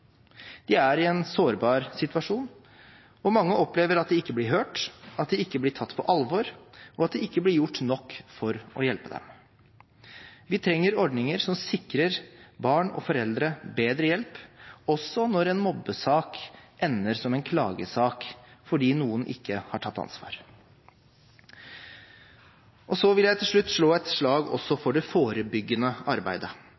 De er i en sårbar situasjon, og mange opplever at de ikke blir hørt, at de ikke blir tatt på alvor, og at det ikke blir gjort nok for å hjelpe dem. Vi trenger ordninger som sikrer barn og foreldre bedre hjelp også når en mobbesak ender som en klagesak fordi noen ikke har tatt ansvar. Så vil jeg til slutt slå et slag også for det forebyggende arbeidet.